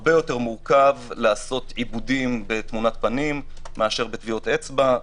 הרבה יותר מורכב לעשות עיבודים בתמונת פנים מאשר בטביעת אצבע.